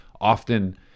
often